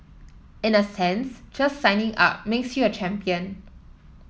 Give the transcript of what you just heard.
in a sense just signing up makes you a champion